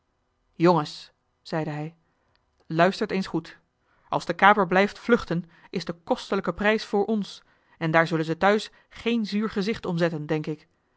jongens zeide hij luistert eens goed als de kaper blijft vluchten is de kostelijke prijs voor ons en daar zullen ze thuis geen zuur gezicht om zetten denk ik